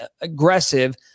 aggressive